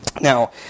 Now